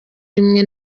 rimwe